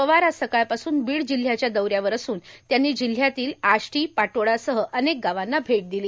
पवार आज सकाळपासून बीड जिल्ह्याच्या दौऱ्यावर असून त्यांनी जिल्ह्यातील आष्टी पाटोडासह अनेक गावांना भेट दिली